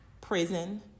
prison